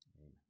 Amen